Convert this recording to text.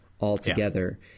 altogether